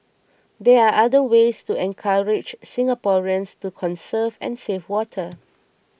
there are other ways to encourage Singaporeans to conserve and save water